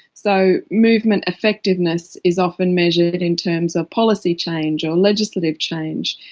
so movement effectiveness is often measured in terms of policy change or legislative change,